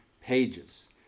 pages